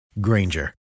Granger